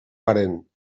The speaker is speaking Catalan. parent